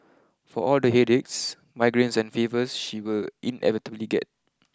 for all the headaches migraines and fevers she will inevitably get